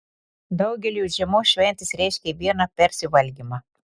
daugeliui žiemos šventės reiškia viena persivalgymą